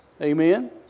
Amen